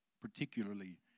particularly